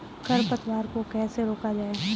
खरपतवार को कैसे रोका जाए?